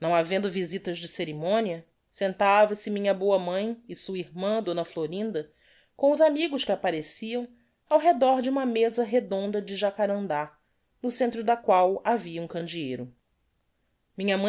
não havendo visitas de ceremonia sentava-se minha boa mãe e sua irmã d florinda com os amigos que appareciam ao redor de uma mesa redonda de jacarandá no centro da qual havia um candieiro minha